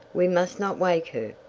we must not wake her.